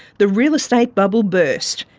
the real estate bubble burst,